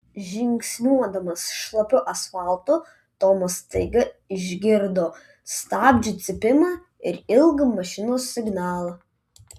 žingsniuodamas šlapiu asfaltu tomas staiga išgirdo stabdžių cypimą ir ilgą mašinos signalą